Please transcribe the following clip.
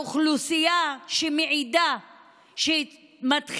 הדעת שאחד מהיס-מנים של ביבי היה עומד מולו בגב זקוף ואומר: עד כאן,